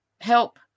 help